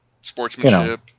sportsmanship